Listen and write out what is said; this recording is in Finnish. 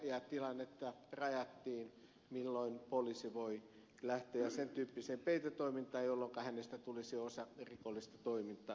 rajattiin tilannetta milloin poliisi voi lähteä sen tyyppiseen peitetoimintaan jolloinka hänestä tulisi osa rikollista toimintaa